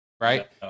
right